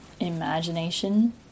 imagination